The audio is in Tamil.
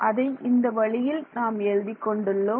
அதை இந்த வழியில் நாம் எழுதிக் கொண்டுள்ளோம்